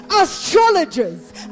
astrologers